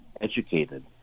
educated